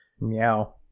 Meow